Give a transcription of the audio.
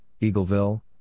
Eagleville